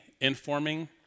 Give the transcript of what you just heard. informing